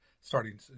starting